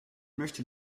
möchte